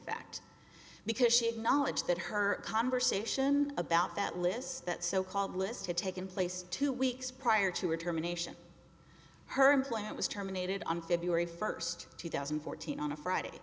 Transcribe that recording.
fact because she had knowledge that her conversation about that list that so called list had taken place two weeks prior to her terminations her plan was terminated on february first two thousand and fourteen on a friday